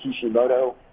Kishimoto